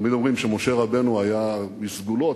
תמיד אומרים שמשה רבנו היה איש סגולות,